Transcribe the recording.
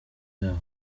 yabo